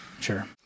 Sure